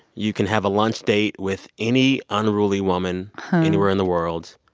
you can have a lunch date with any unruly woman anywhere in the world.